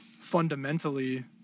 fundamentally